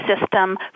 system